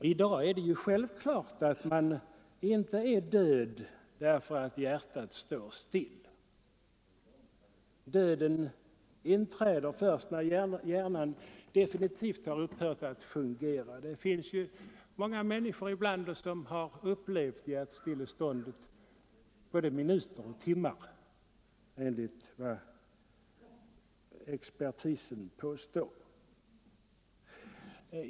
I dag är det ju självklart att man inte är död därför att hjärtat står stilla. Döden inträder först när hjärnan definitivt har upphört att fungera. Det finns många människor ibland oss som har upplevt hjärtstillestånd både i minuter och timmar.